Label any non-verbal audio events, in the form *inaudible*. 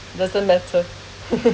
doesn't matter *laughs*